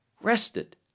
rested